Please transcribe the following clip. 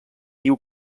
diu